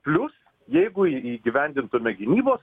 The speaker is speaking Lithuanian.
plius jeigu į įgyvendintume gynybos